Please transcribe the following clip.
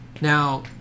now